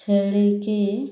ଛେଳିକି